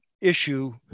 issue